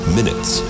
Minutes